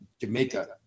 Jamaica